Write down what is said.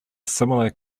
similar